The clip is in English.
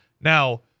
Now